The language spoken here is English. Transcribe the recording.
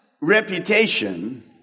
reputation